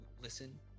listen